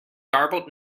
garbled